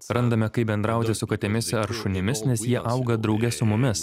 randame kaip bendrauti su katėmis ar šunimis nes jie auga drauge su mumis